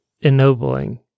ennobling